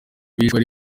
bishwe